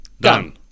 Done